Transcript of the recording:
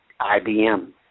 IBM